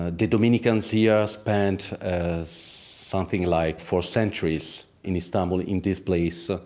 ah the dominicans here spent something like four centuries in istanbul, in this place.